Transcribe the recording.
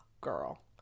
Girl